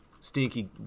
stinky